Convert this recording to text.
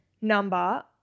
number